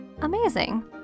Amazing